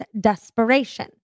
desperation